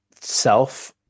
self